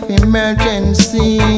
emergency